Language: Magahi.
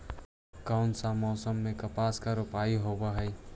कोन सा मोसम मे कपास के रोपाई होबहय?